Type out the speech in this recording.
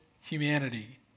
humanity